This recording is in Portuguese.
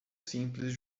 simples